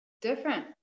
Different